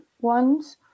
ones